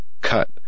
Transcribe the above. cut